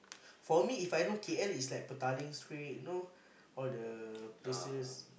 for me If I know K_L is like Petaling street you know all the places